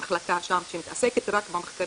מחקר ידע, יש מחלקה שם שמתעסקת רק במחקרים